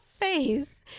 face